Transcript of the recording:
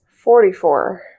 Forty-four